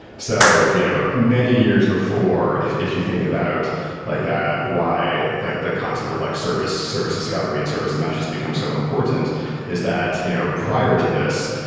so you know many years before, if if you think about like ah why the concept of like service service discovery and service mesh has become so important is that you know prior to this,